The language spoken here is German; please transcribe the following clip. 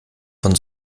von